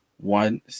One